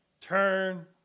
turn